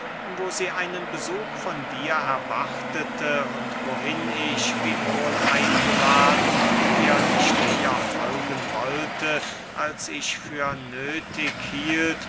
wo sie einen besuch von dir erwartete und wohin ich wiewohl eingeladen ihr nicht eher folgen wollte als ich für nöthig hielt